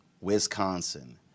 Wisconsin